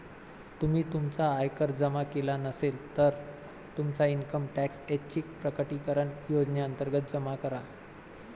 तुम्ही तुमचा आयकर जमा केला नसेल, तर तुमचा इन्कम टॅक्स ऐच्छिक प्रकटीकरण योजनेअंतर्गत जमा करा